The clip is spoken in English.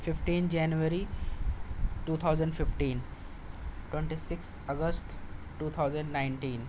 fifteen January two thousand fifteen twenty six August two thousand nineteen